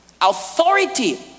authority